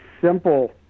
simple